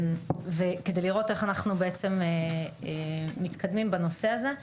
כדי לראות איך אנחנו בעצם מתקדמים בנושא הזה.